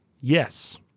Yes